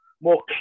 more